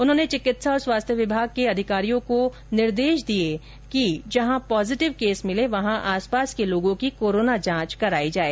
उन्होंने चिकित्सा और स्वास्थ्य विभाग के अधिकारियों को निर्देश दिए कि जहां पॉजिटिव केस मिले वहां आसपास के लोगों की कोरोना जांच कराई जाए